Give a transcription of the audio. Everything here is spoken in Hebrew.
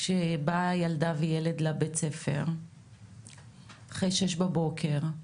כשבאה המשטרה אל ילדה או ילד מבית הספר בשעה 06:00 בבוקר,